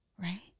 Right